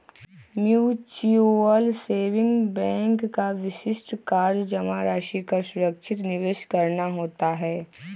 mutual saving bank का विशिष्ट कार्य जमा राशि का सुरक्षित निवेश करना होता है